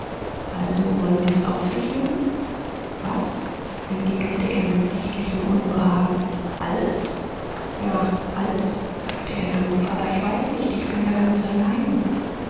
also wollen sie es auf sich nehmen was entgegnete er mit sichtlichem unbehagen alles ja alles sagte er dumpf aber ich weiß nicht ich bin ja ganz allein